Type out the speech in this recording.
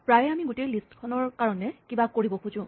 প্ৰায়ে আমি গোটেই লিষ্টখনৰ কাৰণে কিবা কৰিব খোজো